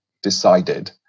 decided